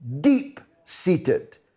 deep-seated